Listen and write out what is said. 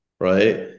right